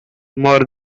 more